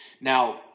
Now